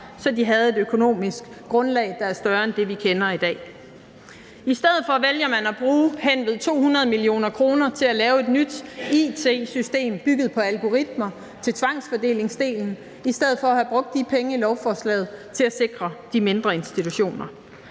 så de havde et økonomisk grundlag, der er større end det, vi kender i dag. I stedet for vælger man at bruge hen ved 200 mio. kr. på at lave et nyt it-system bygget på algoritmer til tvangsfordelingsdelen i stedet for at have brugt de penge i lovforslaget til at sikre de mindre institutioner.